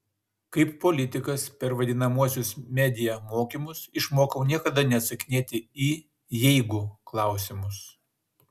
kaip politikas per vadinamuosius media mokymus išmokau niekada neatsakinėti į jeigu klausimus